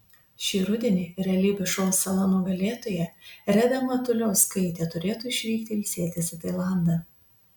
šį rudenį realybės šou sala nugalėtoja reda matuliauskaitė turėtų išvykti ilsėtis į tailandą